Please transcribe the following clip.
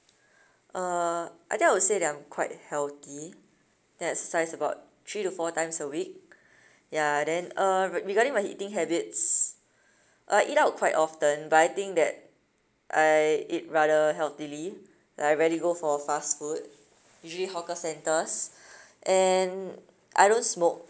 uh I think I would say that I'm quite healthy then I exercise about three to four times a week ya then uh re~ regarding my eating habits uh I eat out quite often but I think that I eat rather healthily like I rarely go for fast food usually hawker centers and I don't smoke